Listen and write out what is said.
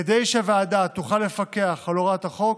כדי שהוועדה תוכל לפקח על הוראת החוק,